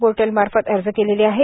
portal मार्फत अर्ज केलेले आहेत